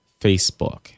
Facebook